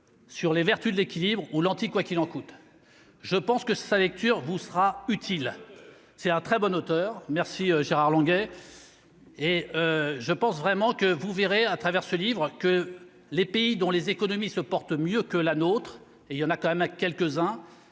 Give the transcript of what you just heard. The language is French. sur les vertus de l'équilibre ou l'anti-quoiqu'il en coûte, je pense que sa lecture vous sera utile, c'est un très bon auteur merci Gérard Longuet et je pense vraiment que vous verrez à travers ce livre que les pays dont les économies se porte mieux que la nôtre, et il y en a quand même à quelques-uns